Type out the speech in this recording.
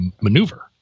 maneuver